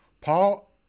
Paul